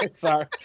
sorry